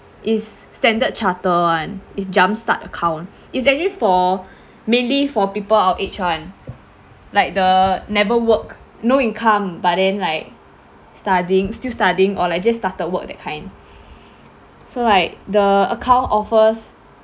it's standard charter~ [one] it's jumpstart account it's actually for mainly for people our age [one] like the never work no income but then like studying still studying or like just started work that kind so like the account offers